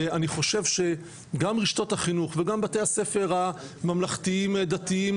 ואני חושב שגם רשתות החינוך וגם בתי הספר הממלכתיים דתיים